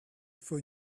for